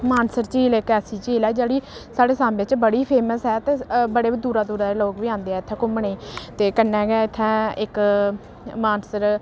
मानसर झील इक ऐसी झील ऐ जेह्ड़ी साढ़े सांबे च बड़ी फेमस ऐ ते बड़े दूरा दूरा दे लोग बी औंदे ऐ इत्थै घूमने गी ते कन्नै गै इत्थै इक मानसर